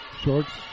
Shorts